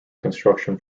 construction